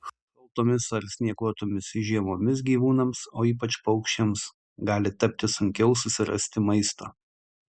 šaltomis ar snieguotomis žiemomis gyvūnams o ypač paukščiams gali tapti sunkiau susirasti maisto